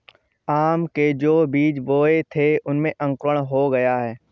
आम के जो बीज बोए थे उनमें अंकुरण हो गया है